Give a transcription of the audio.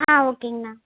ஆ ஓகேங்கண்ணா